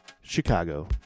Chicago